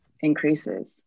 increases